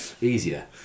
easier